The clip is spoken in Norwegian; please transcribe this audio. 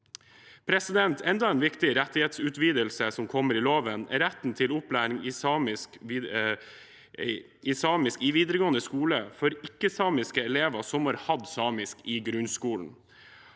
En annen viktig rettighetsutvidelse som kommer i loven, er retten til opplæring i samisk i videregående skole for ikke-samiske elever som har hatt samisk i grunnskolen.